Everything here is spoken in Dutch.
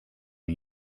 een